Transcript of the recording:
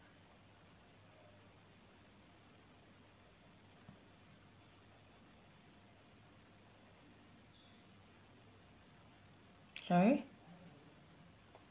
sorry